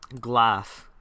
Glass